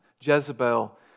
Jezebel